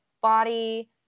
body